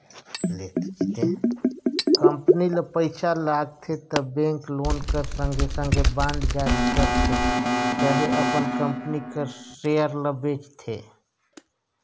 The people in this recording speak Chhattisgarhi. कंपनी ल पइसा लागथे त बेंक लोन कर संघे संघे बांड जारी करथे चहे अपन कंपनी कर सेयर ल बेंचथे